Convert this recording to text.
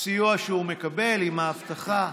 הסיוע שהוא מקבל עם האבטחה.